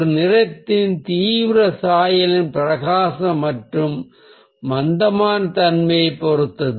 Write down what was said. ஒரு நிறத்தின் தீவிரம் சாயலின் பிரகாசம் மற்றும் மந்தமான தன்மையைப் பொறுத்தது